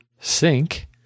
sync